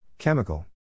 Chemical